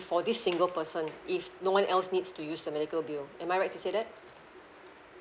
for this single person if no one else needs to use the medical bill am I right to say that